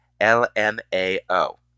L-M-A-O